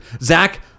Zach